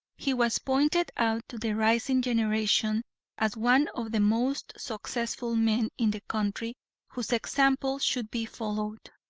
he was pointed out to the rising generation as one of the most successful men in the country whose example should be followed.